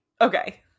Okay